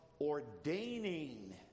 ordaining